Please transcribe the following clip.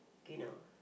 kay now